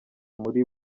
muri